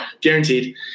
guaranteed